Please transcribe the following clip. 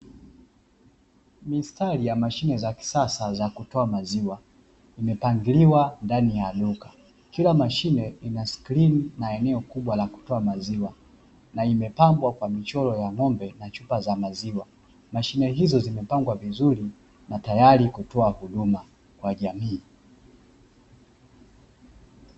Mistari ya mashine za kisasa za kutoa maziwa imepangiliwa ndani ya duka. Kila mashine ina skrini na eneo kubwa la kutoa maziwa na imepambwa na michoro wa ng'ombe na chupa za maziwa. Mashine hizo zimepangwa vizuri na tayari kutoa huduma kwa jamii.